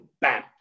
bam